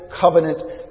Covenant